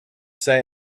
say